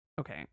okay